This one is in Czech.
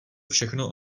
všechno